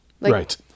Right